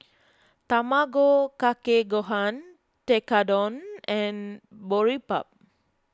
Tamago Kake Gohan Tekkadon and Boribap